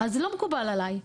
זה לא מקובל עלי.